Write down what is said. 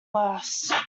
worse